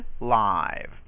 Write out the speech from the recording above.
live